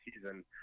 season